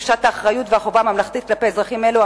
תחושת האחריות והחובה הממלכתית כלפי אזרחים אלו,